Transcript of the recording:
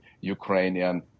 Ukrainian